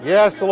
Yes